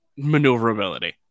maneuverability